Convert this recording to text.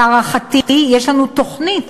להערכתי, יש לנו תוכנית,